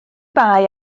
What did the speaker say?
bai